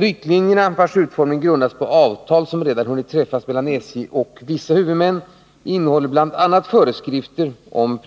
Riktlinjerna, vars utformning grundas på avtal som redan hunnit träffas mellan SJ och vissa huvudmän, innehåller bl.a. föreskrifter om